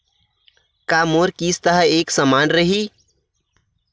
का मोर किस्त ह एक समान रही?